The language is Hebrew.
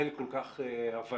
אין כל כך הבנה